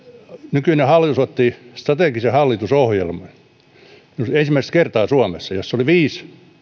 nykyinen hallitus otti strategisen hallitusohjelman ensimmäistä kertaa suomessa jossa oli viisi